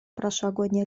прошлогодней